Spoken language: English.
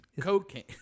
Cocaine